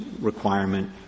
requirement